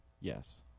Yes